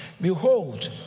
Behold